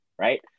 right